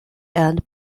and